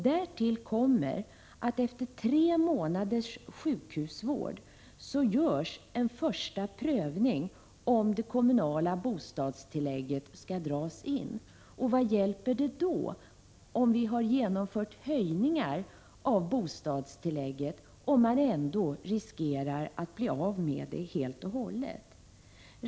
Därtill kommer att det efter tre månaders sjukhusvård görs en första prövning av om det kommunala bostadstillägget skall dras in. Vad hjälper det att vi har genomfört höjningar av bostadstillägget, om man ändå riskerar att bli av med det helt och hållet.